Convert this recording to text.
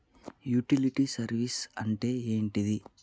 Utility service అంటే ఏంటిది?